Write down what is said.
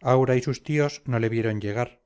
aura y sus tíos no le vieron llegar